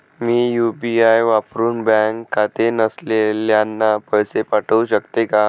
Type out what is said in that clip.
मी UPI वापरुन bank खाते नसलेल्यांना पैसे पाठवू शकते का?